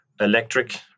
electric